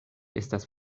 estas